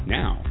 now